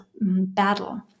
battle